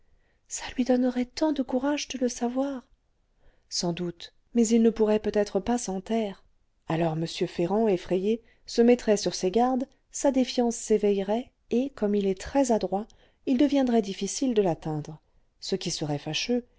ça lui donnerait tant de courage de le savoir sans doute mais il ne pourrait peut-être pas s'en taire alors m ferrand effrayé se mettrait sur ses gardes sa défiance s'éveillerait et comme il est très adroit il deviendrait difficile de l'atteindre ce qui serait fâcheux